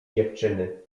dziewczyny